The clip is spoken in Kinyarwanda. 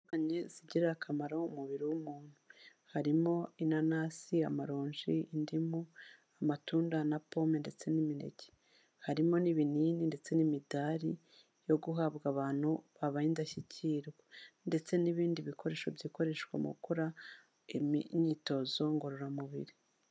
Zitandukanye zigirira akamaro umubiri w'umuntu, harimo inanasi, amaronji, indimu, amatunda na pome, ndetse n'imineke. Harimo n'ibinini ndetse n'imidari yo guhabwa abantu babaye indashyikirwa, ndetse n'ibindi bikoresho bikoreshwa mu gukora imyitozo ngororamubiri.